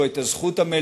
יש לו את הזכות המלאה